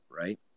right